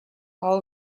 all